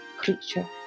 creature